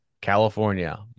California